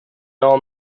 all